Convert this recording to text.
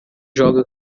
joga